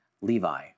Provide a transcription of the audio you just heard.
Levi